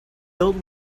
filled